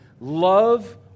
Love